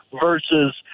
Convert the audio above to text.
versus –